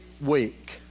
week